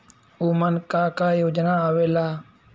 उमन का का योजना आवेला?